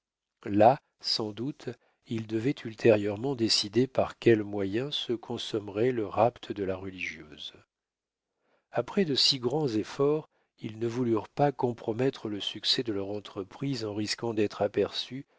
là sans doute ils devaient ultérieurement décider par quels moyens se consommerait le rapt de la religieuse après de si grands efforts ils ne voulurent pas compromettre le succès de leur entreprise en risquant d'être aperçus